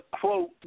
quote